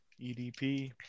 EDP